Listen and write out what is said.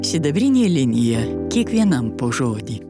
sidabrinė linija kiekvienam po žodį